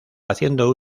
haciendo